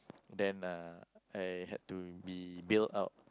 then uh I had to be bailed out